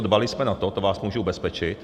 Dbali jsme na to, to vás můžu ubezpečit.